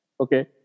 Okay